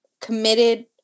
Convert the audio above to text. committed